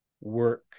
work